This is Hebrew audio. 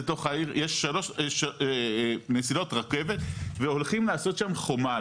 יש שלוש מסילות רכבת והולכים לעשות שם חומה.